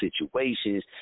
situations